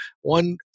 one –